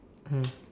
mm